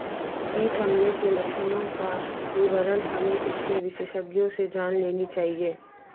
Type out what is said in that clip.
कीट हमले के लक्षणों का विवरण हमें इसके विशेषज्ञों से जान लेनी चाहिए